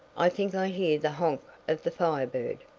i think i hear the honk of the firebird.